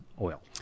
oil